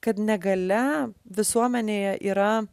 kad negalia visuomenėje yra